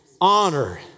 honor